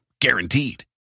Guaranteed